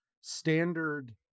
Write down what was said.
standard